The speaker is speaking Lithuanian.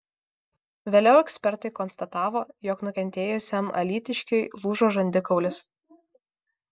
vėliau ekspertai konstatavo jog nukentėjusiam alytiškiui lūžo žandikaulis